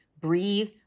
breathe